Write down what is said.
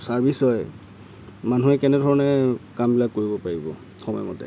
service হয় মানুহে কেনেধৰণেৰে কাম বিলাক কৰিব পাৰিব সময়মতে